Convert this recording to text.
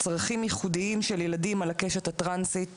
צרכים ייחודים של ילדים על קשת הטרנסית בישראל.